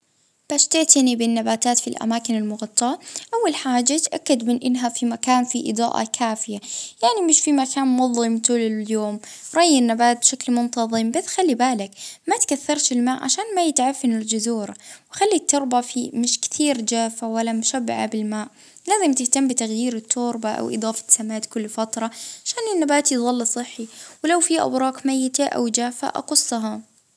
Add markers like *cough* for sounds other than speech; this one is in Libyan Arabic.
الرى المناسب مانكتروش من المية مرة ولا مرتين في الأسبوع على حسب النوع، الضوء *hesitation* لازم نحطها في ضي *hesitation* في مكان يعني توصلها للشمس، وتنضيف الأوراق ومسحها من الغبار، *hesitation* تسميد مرة فى الشهر باش تكبر بصحة.